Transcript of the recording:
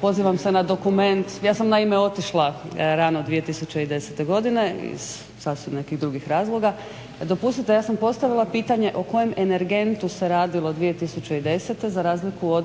pozivam se na dokument, ja sam naime otišla rano 2010. godine iz sasvim nekih drugih razloga. Dopustite, ja sam postavila pitanje o kojem energentu se radilo 2010. za razliku od